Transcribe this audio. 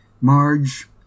Marge